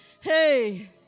Hey